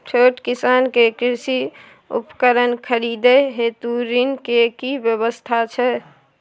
छोट किसान के कृषि उपकरण खरीदय हेतु ऋण के की व्यवस्था छै?